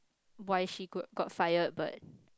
why she good got fire but